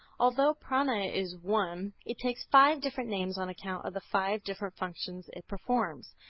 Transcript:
although prana is one, it takes five different names on account of the five different functions it performs.